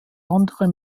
anderem